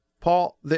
Paul